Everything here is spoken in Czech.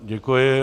Děkuji.